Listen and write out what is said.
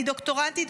אני דוקטורנטית.